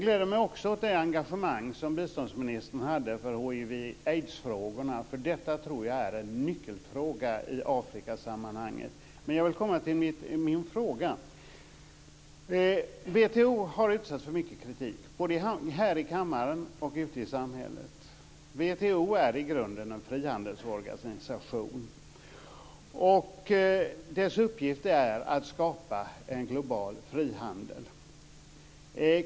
Vidare gläder jag mig över biståndsministerns engagemang för detta med hiv och aids. Detta tror jag är en nyckelfråga i Afrikasammanhang. Så till min fråga. WTO har utsatts för mycket kritik både här i kammaren och ute i samhället. WTO är i grunden en frihandelsorganisation. Dess uppgift är att skapa en global frihandel.